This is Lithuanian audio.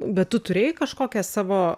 bet tu turėjai kažkokią savo